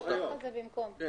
לא תחת.